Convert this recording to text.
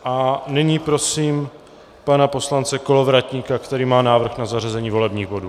A nyní prosím pana poslance Kolovratníka, který má návrh na zařazení volebních bodů.